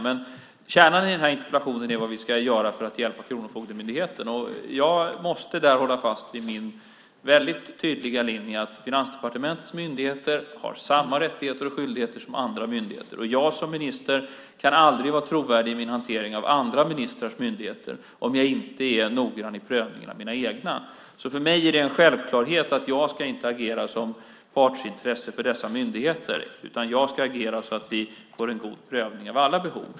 Men kärnan i den här interpellationen är vad vi ska göra för att hjälpa Kronofogdemyndigheten, och jag måste där hålla fast vid min väldigt tydliga linje att Finansdepartementets myndigheter har samma rättigheter och skyldigheter som andra myndigheter. Jag som minister kan aldrig vara trovärdig i min hantering av andra ministrars myndigheter om jag inte är noggrann i prövningen av mina egna. För mig är det alltså en självklarhet att jag inte ska agera med partsintresse för dessa myndigheter, utan jag ska agera så att vi får en god prövning av alla behov.